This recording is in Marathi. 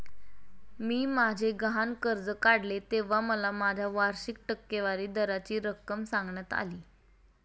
मी माझे गहाण कर्ज काढले तेव्हा मला माझ्या वार्षिक टक्केवारी दराची रक्कम सांगण्यात आली